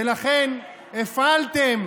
ולכן הפעלתם